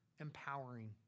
empowering